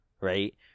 right